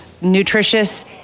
nutritious